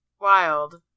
wild